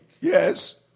Yes